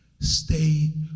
stay